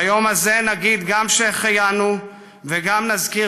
ביום הזה נגיד גם "שהחיינו" וגם ונזכיר